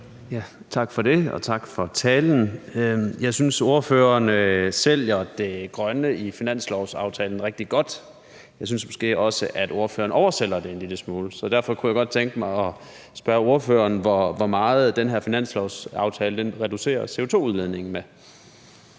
Tak for det, og tak for talen. Jeg synes, ordføreren sælger det grønne i finanslovsaftalen rigtig godt. Jeg synes måske også, at ordføreren oversælger det en lille smule, så derfor kunne jeg godt tænke mig at spørge ordføreren, hvor meget den her finanslovsaftale reducerer CO2-udledningen med.